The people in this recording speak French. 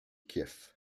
kiev